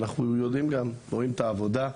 אנחנו רואים את העבודה.